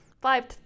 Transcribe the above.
five